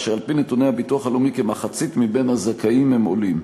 ועל-פי נתוני הביטוח הלאומי כמחצית מהזכאים הם עולים.